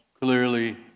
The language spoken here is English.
clearly